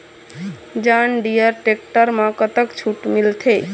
John Deere tractor म कतक छूट मिलथे?